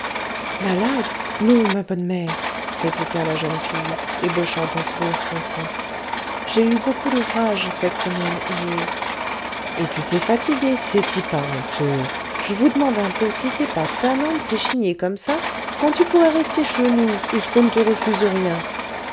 malade malade non ma bonne mère répliqua la jeune fille ébauchant un sourire contraint j'ai eu beaucoup d'ouvrage cette semaine et et tu t'es fatiguée c'est-y pas honteux j'vous demande un peu si c'est pas tannant d's'échigner comme ça quand tu pourrais rester cheux nous ousqu'on ne te refuse rien